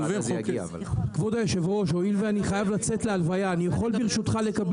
כבוד היו"ר, ברשותך.